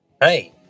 Hey